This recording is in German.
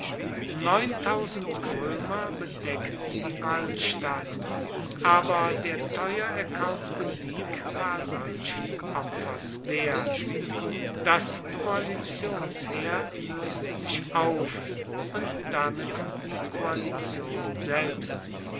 roemer bedeckten die walstatt aber der teuer erkaufte sieg war solchen opfers wert das koalitionsheer loeste sich auf und damit die koalition selbst